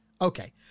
Okay